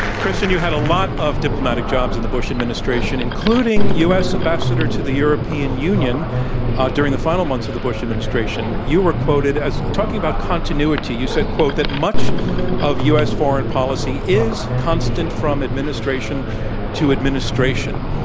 kristen you had a lot of diplomatic jobs in the bush administration, including u. s. ambassador to the european union during the final months of the bush administration. you were quoted as talking about continuity, you said, that much of u. s. foreign policy is constant from administration to administration.